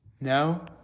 No